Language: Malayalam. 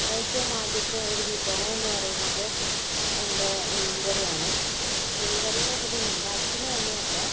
ഏറ്റവും ആദ്യത്തെ ഒരു വിഭവം എന്ന് പറയുന്നത് എന്റെ മീൻ കറിയാണ് മീൻ കറിയെന്ന് വെച്ചിട്ടുണ്ടെങ്കിൽ അച്ഛനും അമ്മയൊക്കെ ഈ